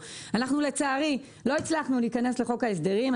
לצערי לא הצלחנו להיכנס לחוק ההסדרים.